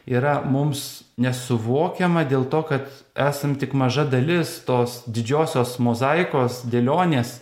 yra mums nesuvokiama dėl to kad esam tik maža dalis tos didžiosios mozaikos dėlionės